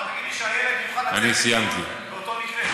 אבל תגיד לי שהילד יוכל לצאת לטיול באותו מקרה.